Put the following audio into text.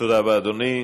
תודה רבה, אדוני.